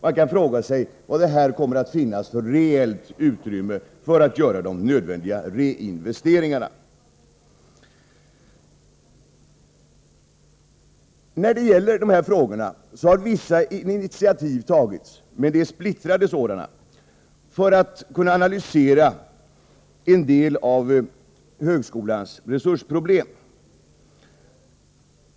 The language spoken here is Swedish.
Man kan fråga sig vilket reellt utrymme som kommer att finnas till de nödvändiga reinvesteringarna. När det gäller dessa frågor har vissa initiativ tagits, men det är splittrade sådana, för att kunna analysera en del av högskolans resursproblem.